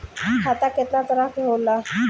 खाता केतना तरह के होला?